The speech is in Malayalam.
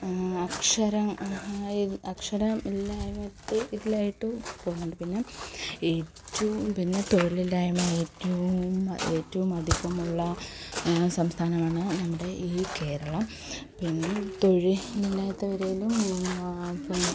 അക്ഷരം ഇത് അക്ഷരം ഇല്ലായ്മക്ക് ഇതിലായിട്ടും പോവുന്നുണ്ട് പിന്നെ ഏറ്റവും പിന്നെ തൊഴിലില്ലായ്മ ഏറ്റവും ഏറ്റവും അധികമുള്ള സംസ്ഥാനമാണ് നമ്മുടെ ഈ കേരളം പിന്നെ ഇല്ലാത്തവരേലും ആ പിന്നെ